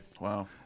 Wow